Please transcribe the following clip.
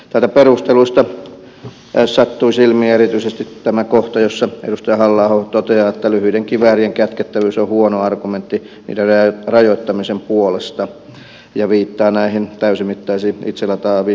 täältä perusteluista sattui silmiin erityisesti tämä kohta jossa edustaja halla aho toteaa että lyhyiden kiväärien kätkettävyys on huono argumentti niiden rajoittamisen puolesta ja viittaa näihin täysimittaisiin itselataaviin pistooleihin